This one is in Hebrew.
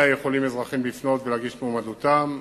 אלא אזרחים יכולים לפנות ולהגיש את מועמדותם.